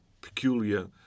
peculiar